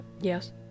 Yes